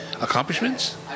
accomplishments